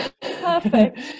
Perfect